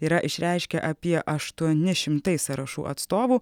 yra išreiškę apie aštuoni šimtai sąrašų atstovų